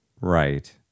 Right